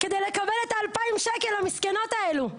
כדי לקבל את ה-2,000 שקל המסכנים האלה,